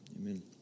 Amen